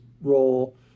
role